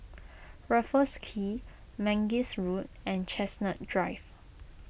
Raffles Quay Mangis Road and Chestnut Drive